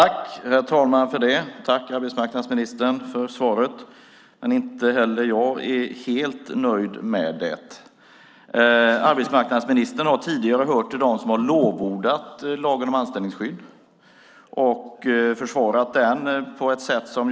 Herr talman! Jag vill tacka arbetsmarknadsministern för svaret, men inte heller jag är helt nöjd med det. Arbetsmarknadsministern har tidigare hört till dem som har lovordat och försvarat lagen om anställningsskydd.